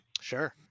Sure